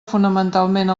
fonamentalment